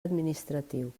administratiu